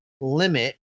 limit